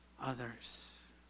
others